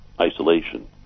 isolation